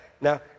Now